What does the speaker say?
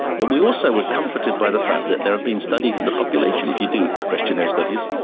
but we also were comforted by the fact that there have been studies in the population, if you do questionnaire studies,